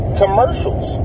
commercials